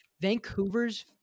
Vancouver's